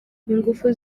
ingufu